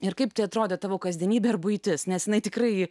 ir kaip atrodė tavo kasdienybė ir buitis nes jinai tikrai